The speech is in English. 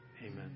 Amen